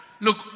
Look